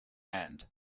end